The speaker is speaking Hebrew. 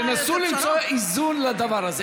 תנסו למצוא איזון בדבר הזה.